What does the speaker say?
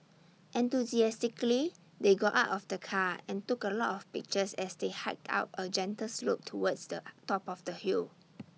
enthusiastically they got out of the car and took A lot of pictures as they hiked up A gentle slope towards the top of the hill